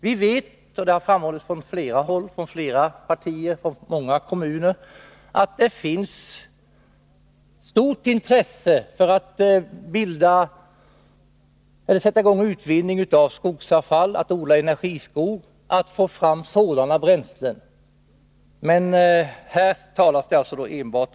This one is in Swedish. Vi vet — det har framförts från flera partier och kommuner — att det finns stort intresse för att sätta i gång utvinning beträffande skogsavfall och odling av energiskogar. Men här talas det enbart om torv.